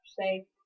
say